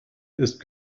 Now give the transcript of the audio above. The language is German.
ist